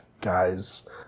guys